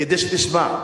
כדי שתשמע.